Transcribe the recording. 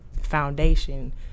foundation